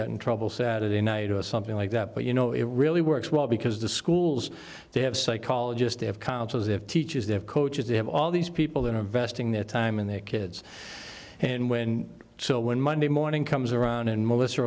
got in trouble saturday night or something like that but you know it really works well because the schools they have psychologist they have consuls if teachers they have coaches they have all these people that are investing their time in their kids and when so when monday morning comes around and m